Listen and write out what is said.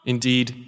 Indeed